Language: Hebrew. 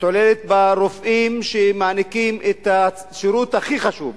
מתעללת ברופאים שמעניקים את השירות הכי חשוב,